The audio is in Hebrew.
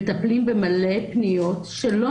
מטפלים בהרבה פניות שלא